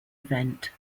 event